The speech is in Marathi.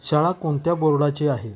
शाळा कोणत्या बर्डाची आहे